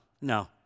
no